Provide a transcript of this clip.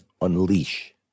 unleash